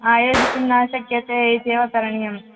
आयोजयितुं न शक्यते इत्येव करणीयम्